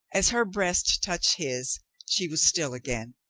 as her breast touched his she was still again.